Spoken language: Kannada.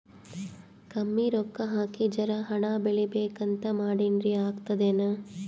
ಕಮ್ಮಿ ರೊಕ್ಕ ಹಾಕಿ ಜರಾ ಹಣ್ ಬೆಳಿಬೇಕಂತ ಮಾಡಿನ್ರಿ, ಆಗ್ತದೇನ?